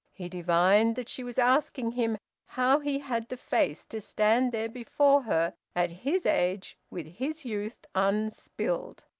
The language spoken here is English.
he divined that she was asking him how he had the face to stand there before her, at his age, with his youth unspilled.